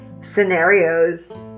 scenarios